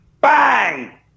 Bang